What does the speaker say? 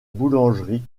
boulangerie